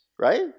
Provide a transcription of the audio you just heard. right